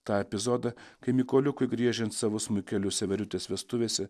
tą epizodą kai mykoliukui griežiant savo smuikeliu severiutės vestuvėse